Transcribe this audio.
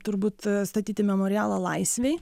turbūt statyti memorialą laisvei